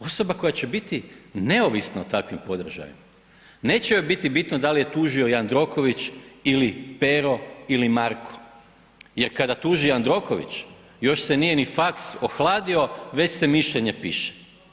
Osoba koja će biti neovisna o takvim podražajima, neće joj biti bitno da li je tužio Jandroković ili Pero ili Marko jer kada tuži Jandroković, još se nije ni faks ohladio, već se mišljenje piše.